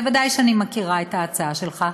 ודאי שאני מכירה את ההצעה שלך.